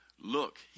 Look